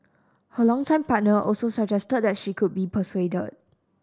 her longtime partner also suggested that she could be persuaded